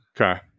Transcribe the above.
Okay